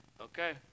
Okay